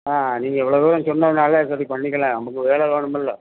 ஆ நீங்கள் இவ்வளோ தூரம் சொன்னதுனால் இப்போதைக்கு பண்ணிக்கலாம் நம்மக்கு வேலை வேணுமில்ல